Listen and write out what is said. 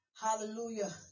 Hallelujah